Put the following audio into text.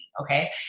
okay